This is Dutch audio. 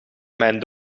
mijn